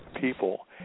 people